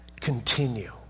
continue